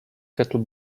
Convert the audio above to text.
cattle